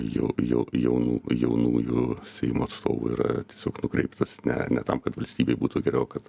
jau jau jaunų jaunųjų seimo atstovų yra tiesiog nukreiptas ne ne tam kad valstybėj būtų geriau o kad